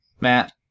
Matt